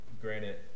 granted